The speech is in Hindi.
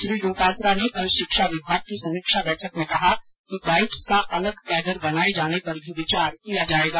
श्री डोटासरा ने कल शिक्षा विभाग की समीक्षा बैठक में कहा कि डाईटस का अलग काडर बनाये जाने पर भी विचार किया जाएगा